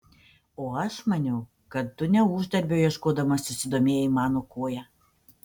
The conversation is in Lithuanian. o aš maniau kad tu ne uždarbio ieškodamas susidomėjai mano koja